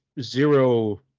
zero